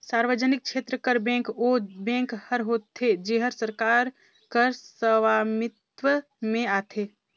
सार्वजनिक छेत्र कर बेंक ओ बेंक हर होथे जेहर सरकार कर सवामित्व में आथे